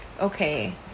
okay